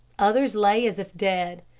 others lay as if dead.